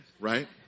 right